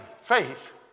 faith